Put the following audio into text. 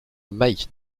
mike